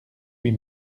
huit